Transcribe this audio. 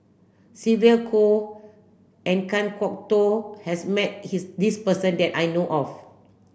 Sylvia Kho and Kan Kwok Toh has met his this person that I know of